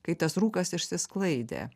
kai tas rūkas išsisklaidė